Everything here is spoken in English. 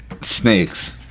snakes